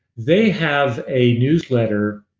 they have a newsletter